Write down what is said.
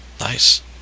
Nice